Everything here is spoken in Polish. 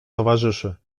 towarzyszy